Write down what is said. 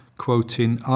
Quoting